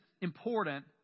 important